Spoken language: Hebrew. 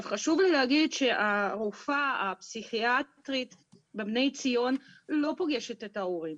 חשוב לי להגיד שהרופאה הפסיכיאטרית בבני ציון לא פוגשת את ההורים,